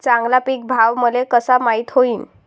चांगला पीक भाव मले कसा माइत होईन?